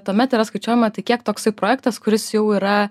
tuomet yra skaičiuojama tai kiek toksai projektas kuris jau yra